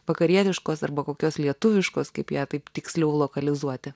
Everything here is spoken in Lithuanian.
vakarietiškos arba kokios lietuviškos kaip ją taip tiksliau lokalizuoti